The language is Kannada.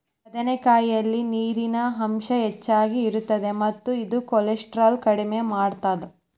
ಬದನೆಕಾಯಲ್ಲಿ ನೇರಿನ ಅಂಶ ಹೆಚ್ಚಗಿ ಇರುತ್ತ ಮತ್ತ ಇದು ಕೋಲೆಸ್ಟ್ರಾಲ್ ಕಡಿಮಿ ಮಾಡತ್ತದ